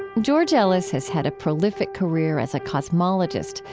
george ellis has had a prolific career as a cosmologist,